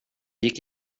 gick